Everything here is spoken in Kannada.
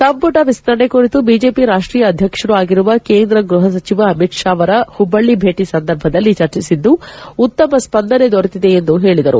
ಸಂಪುಟ ವಿಸ್ತರಣೆ ಕುರಿತು ಬಿಜೆಪಿ ರಾಷ್ಷೀಯ ಅಧ್ಯಕ್ಷರೂ ಆಗಿರುವ ಕೇಂದ್ರ ಗೃಹ ಸಚಿವ ಅಮಿತ್ ಶಾ ಅವರ ಹುಬ್ಲಳ್ಳಿ ಧೇಟಿ ಸಂದರ್ಭದಲ್ಲಿ ಚರ್ಚಿಸಿದ್ದು ಉತ್ತಮ ಸ್ಸಂದನೆ ದೊರೆತಿದೆ ಎಂದು ಹೇಳಿದರು